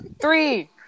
three